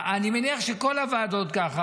אני מניח שכל הוועדות ככה,